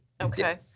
Okay